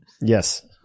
Yes